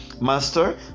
Master